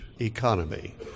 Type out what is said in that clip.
economy